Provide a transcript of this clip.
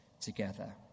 together